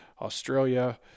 Australia